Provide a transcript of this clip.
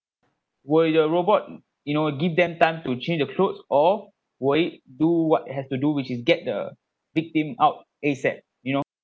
will your robot you know give them time to change the clothes or will it do what it has to do which is get the victim out ASAP you know